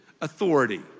authority